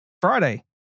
Friday